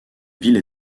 ville